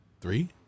three